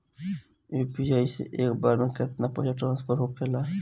UPI से एक बार मे केतना पैसा ट्रस्फर होखे ला?